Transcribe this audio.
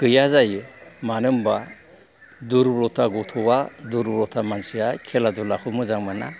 गैया जायो मानो होनोबा दुरबलथा गथ'या दुरबलथा मानसिया खेला दुलाखौ मोजां मोना